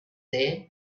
there